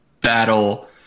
battle